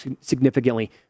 significantly